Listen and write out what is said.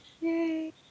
Yay